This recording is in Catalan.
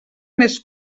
més